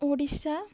Odisha